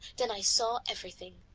then i saw everything,